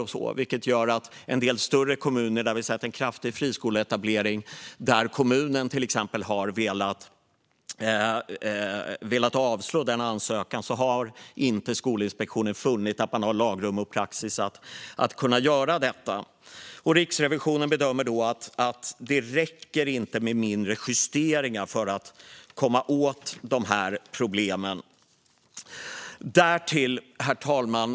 Skolinspektionen har alltså i en del större kommuner med en kraftig friskoleetablering och där kommunen har velat avslå ansökan inte funnit att det finns lagrum och praxis för att göra det. Riksrevisionen bedömer att det inte räcker med mindre justeringar för att komma åt de problemen. Herr talman!